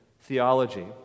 theology